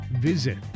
Visit